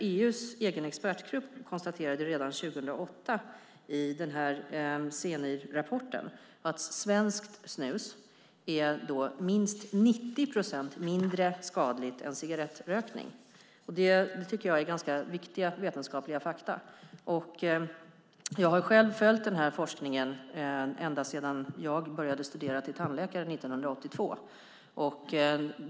EU:s egen expertgrupp konstaterade redan 2008 i Scenihrrapporten att svenskt snus är minst 90 procent mindre skadligt än cigarettrökning. Det tycker jag är ganska viktiga vetenskapliga fakta. Jag har själv följt denna forskning ända sedan jag började studera till tandläkare 1982.